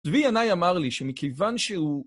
צבי ינאי אמר לי שמכיוון שהוא...